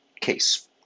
case